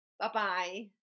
Bye-bye